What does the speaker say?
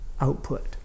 output